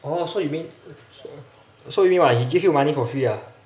oh so you mean so you mean what he give you money for free ah